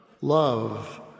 love